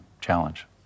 challenge